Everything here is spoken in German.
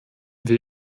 wir